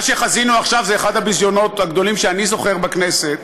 מה שחזינו בו עכשיו זה אחד הביזיונות הגדולים שאני זוכר בכנסת,